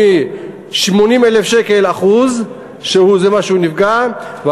מ-80,000 שקלים הוא נפגע ב-1%,